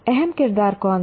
अहम किरदार कौन था